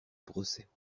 brossaient